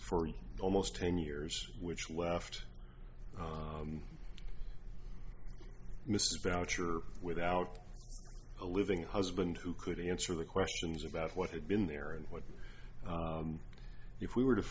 s for almost ten years which left mrs boucher without a living husband who could answer the questions about what had been there and what if we were to